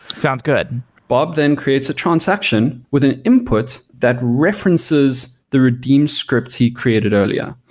sounds good bob then creates a transaction with an input that references the redeem script he created earlier.